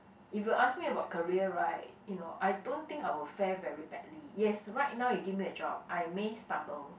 if you ask me about career right you know I don't think I will fare very badly yes right now you give me a job I may stumble